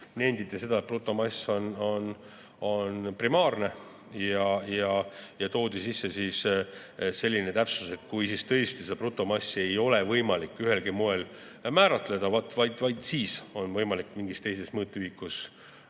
Nenditi, et brutomass on primaarne, ja toodi sisse selline täpsustus, et kui tõesti seda brutomassi ei ole võimalik ühelgi moel määratleda, siis on võimalik mingi teise mõõtühikuga